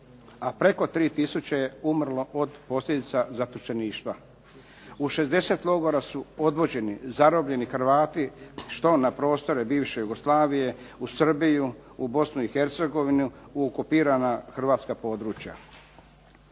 a preko 3 tisuće je umrlo od posljedica zatočeništva. U 60 logora su odvođeni zarobljeni Hrvati što na prostore bivše Jugoslavije, u Srbiju, u Bosnu i Hercegovinu u okupirana hrvatska područja.